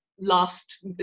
last